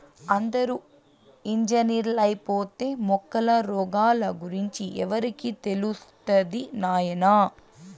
అందరూ ఇంజనీర్లైపోతే మొక్కల రోగాల గురించి ఎవరికి తెలుస్తది నాయనా